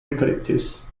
eucalyptus